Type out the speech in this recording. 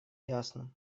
ясно